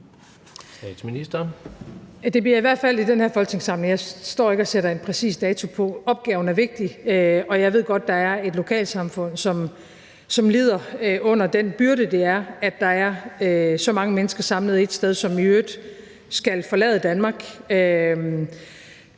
Det bliver i hvert fald i den her folketingssamling. Jeg står ikke og sætter en præcis dato på. Opgaven er vigtig, og jeg ved godt, at der er et lokalsamfund, som lider under den byrde, det er, at der er så mange mennesker samlet på ét sted, som i øvrigt skal forlade Danmark.